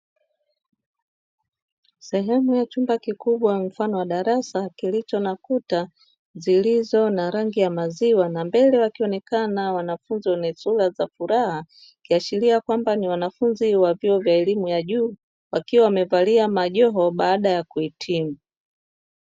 Sehemu ya chumba kikubwa, mfano wa darasa, kilicho na kuta zilizo na rangi ya maziwa na mbele wakinaokena wanafunzi wenye sura za furaha. Ikiashiria kwamba ni wanafunzi wa vyuo vya elimu ya juu, wakiwa wamevalia majoho baada ya kuhitimu.